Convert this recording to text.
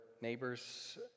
neighbors